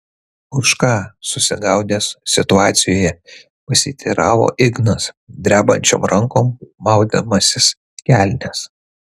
už ką susigaudęs situacijoje pasiteiravo ignas drebančiom rankom maudamasis kelnes